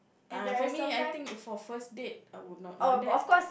uh for me I think if for first date I would not want that